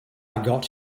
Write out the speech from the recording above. got